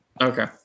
Okay